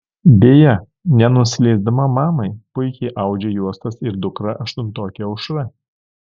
beje nenusileisdama mamai puikiai audžia juostas ir dukra aštuntokė aušra